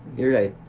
you're right.